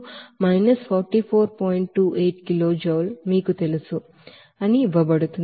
28 kilojoule మీకు తెలుసు అని ఇవ్వబడుతుంది